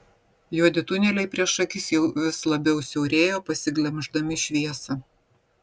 juodi tuneliai prieš akis jau vis labiau siaurėjo pasiglemždami šviesą